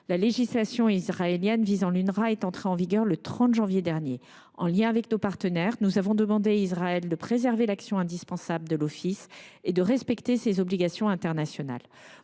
La législation israélienne visant l’UNRWA est entrée en vigueur le 30 janvier dernier. En lien avec nos partenaires, nous avons demandé à Israël de préserver l’action indispensable de l’Office et de respecter ses obligations internationales.